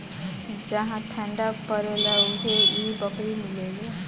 जहा ठंडा परेला उहे इ बकरी मिलेले